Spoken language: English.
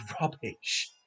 rubbish